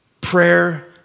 prayer